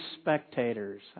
spectators